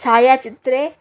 छायाचित्रे